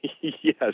yes